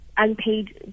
unpaid